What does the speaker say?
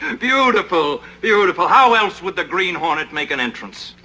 beautiful! beautiful. how else would the green hornet make an entrance?